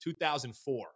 2004